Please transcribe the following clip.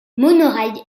monorail